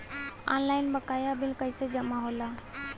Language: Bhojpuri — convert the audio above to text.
ऑनलाइन बकाया बिल कैसे जमा होला?